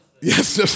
Yes